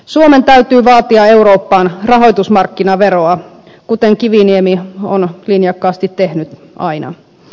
suomen täytyy vaatia eurooppaan rahoitusmarkkinaveroa kuten kiviniemi on linjakkaasti tehnyt aina